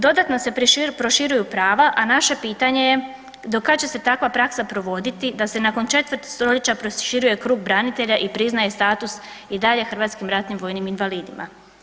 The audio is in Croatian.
Dodatno se proširuju prava, a naše pitanje je do kad će se takva praksa provoditi da se nakon četvrt stoljeća proširuje krug branitelja i priznaje status i dalje Hrvatskim ratnim vojnim invalidima.